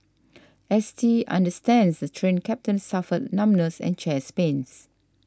S T understands that the Train Captain suffered numbness and chest pains